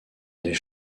des